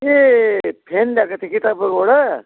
ए fan ल्याएको थिएँ कि तपाईँकोबाट